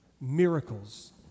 miracles